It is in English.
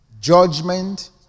judgment